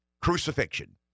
crucifixion